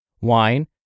Wine